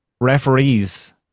referees